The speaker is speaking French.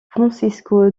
francisco